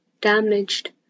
damaged